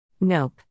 Nope